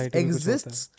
exists